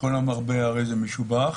"כל המרבה הרי זה משובח"